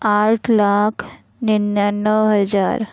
आठ लाख निन्यानो हजार